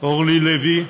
אורלי לוי,